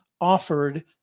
offered